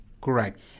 Correct